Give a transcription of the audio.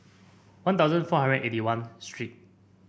One Thousand four hundred eighty one street